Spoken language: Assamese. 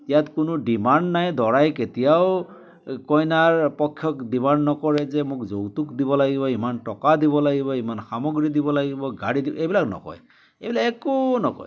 ইয়াত কোনো ডিমাণ্ড নাই দৰাই কেতিয়াও কইনাৰ পক্ষক ডিমাণ্ড নকৰে যে মোক যৌতুক দিব লাগিব ইমান টকা দিব লাগিব ইমান সামগ্ৰী দিব লাগিব গাড়ী দি এইবিলাক নকয় এইবিলাক একো নকয়